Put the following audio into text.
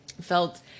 felt